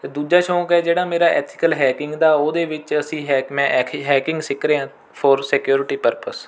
ਅਤੇ ਦੂਜਾ ਸ਼ੌਕ ਹੈ ਜਿਹੜਾ ਮੇਰਾ ਐਥੀਕਲ ਹੈਕਿੰਗ ਦਾ ਉਹਦੇ ਵਿੱਚ ਅਸੀਂ ਹੈਕ ਮੈਂ ਐਖੇ ਹੈਕਿੰਗ ਸਿੱਖ ਰਿਹਾ ਫੌਰ ਸਿਕਿਉਰਟੀ ਪਰਪਸ